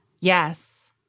Yes